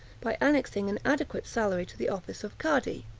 by annexing an adequate salary to the office of cadhi.